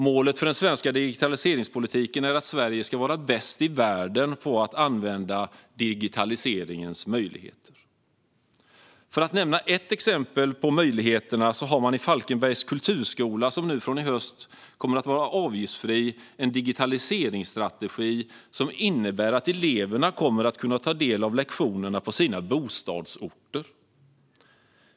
Målet för den svenska digitaliseringspolitiken är att Sverige ska vara bäst i världen på att använda digitaliseringens möjligheter. Låt mig nämna ett exempel. I Falkenbergs kulturskola, som nu från i höst kommer att vara avgiftsfri, finns en digitaliseringsstrategi som innebär att eleverna kommer att kunna ta del av lektioner på sina bostadsorter.